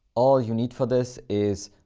all you need for this is,